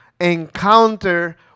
encounter